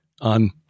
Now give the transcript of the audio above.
on